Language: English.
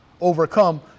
Overcome